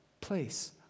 place